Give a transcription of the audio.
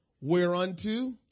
Whereunto